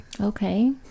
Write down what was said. Okay